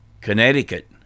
Connecticut